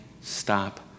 stop